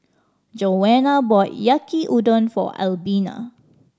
Joanna bought Yaki Udon for Albina